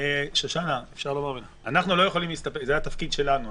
זה התפקיד שלנו.